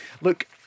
look